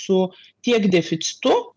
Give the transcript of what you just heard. su tiek deficitu